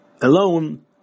alone